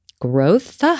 growth